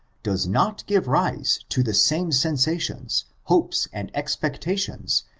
does not give rise to the same sensahons, hopes, and expectations,